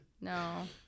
no